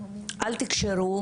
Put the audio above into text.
אל תקשרו